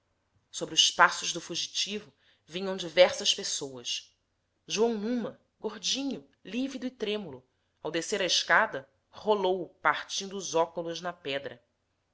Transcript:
sobre os passos do fugitivo vinham diversas pessoas joão numa gordinho lívido e trêmulo ao descer a escada rolou partindo os óculos na pedra